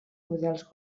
models